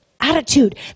attitude